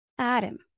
Adam